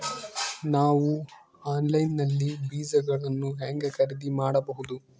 ನಾವು ಆನ್ಲೈನ್ ನಲ್ಲಿ ಬೇಜಗಳನ್ನು ಹೆಂಗ ಖರೇದಿ ಮಾಡಬಹುದು?